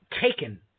Taken